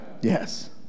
yes